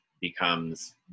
becomes